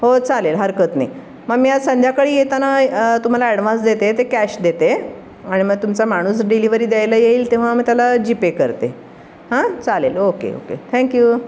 हो चालेल हरकत नाही मग मी आज संध्याकाळी येताना तुम्हाला ॲडव्हान्स देते ते कॅश देते आणि मग तुमचा माणूस डिलिव्हरी द्यायला येईल तेव्हा मग त्याला जी पे करते हां चालेल ओके ओके थँक्यू